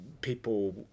people